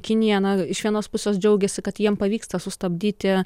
kinija na iš vienos pusės džiaugiasi kad jiem pavyksta sustabdyti